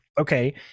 okay